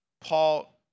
Paul